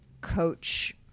coach